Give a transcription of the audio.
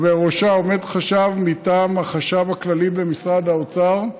ובראשה עומד חשב מטעם החשב הכללי במשרד האוצר,